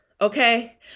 okay